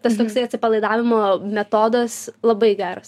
tas toksai atsipalaidavimo metodas labai geras